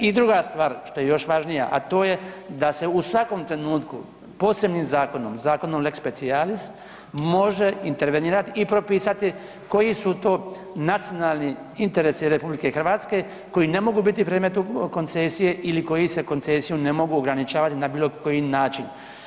I druga stvar što je još važnija, a to je da se u svakom trenutku posebnim zakonom, zakonom lex specialis može intervenirati i propisati koji su to nacionalni interesi RH koji ne mogu biti predmetom koncesije ili koji se koncesijom ne mogu ograničavati na bilo koji način.